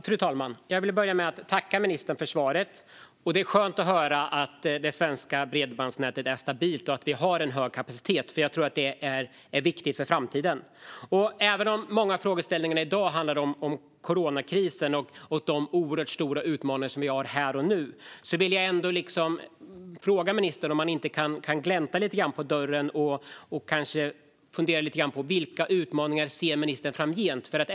Fru talman! Jag vill börja med att tacka ministern för svaret. Det är skönt att höra att det svenska bredbandsnätet är stabilt och att vi har en hög kapacitet. Detta tror jag är viktigt inför framtiden. Även om många av frågeställningarna i dag handlar om coronakrisen och de oerhört stora utmaningar som vi har här och nu vill jag fråga ministern om han inte kan glänta lite grann på dörren och fundera på vilka utmaningar han ser framgent.